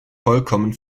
vollkommen